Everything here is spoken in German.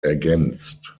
ergänzt